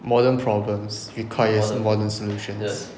modern problem require modern solutions